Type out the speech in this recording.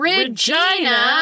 Regina